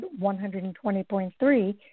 120.3